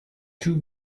two